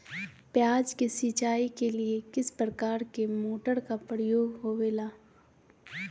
प्याज के सिंचाई के लिए किस प्रकार के मोटर का प्रयोग होवेला?